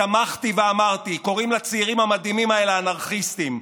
תמכתי ואמרתי: קוראים לצעירים המדהימים האלה "אנרכיסטים",